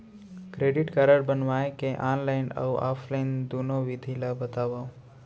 Credit card बनवाए के online अऊ ऑफलाइन दुनो विधि ला बतावव?